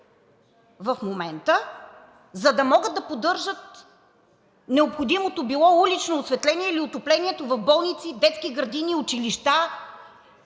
в момента, за да могат да поддържат необходимото било улично осветление или отоплението в болници, детски градини, училища